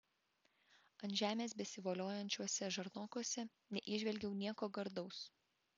ant žemės besivoliojančiuose žarnokuose neįžvelgiau nieko gardaus